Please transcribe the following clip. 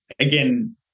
Again